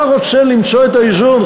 אתה רוצה למצוא את האיזון,